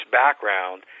background